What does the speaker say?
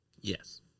Yes